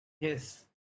Yes